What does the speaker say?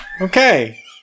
Okay